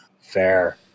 fair